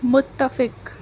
متفق